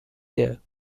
there